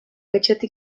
etxetik